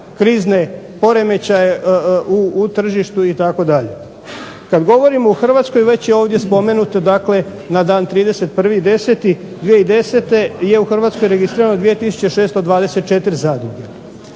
krizne poremećaje u tržištu itd. Kad govorimo o Hrvatskoj već je ovdje spomenuto dakle na dan 31.10.2010. je u Hrvatskoj registrirano 2624 zadruge.